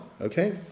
okay